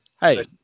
hey